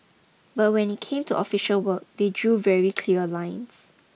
but when it came to official work they drew very clear lines